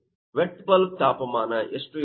vet bulb ತಾಪಮಾನ ಎಷ್ಟು ಇರಬೇಕು